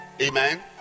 Amen